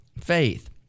faith